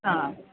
ആ ആ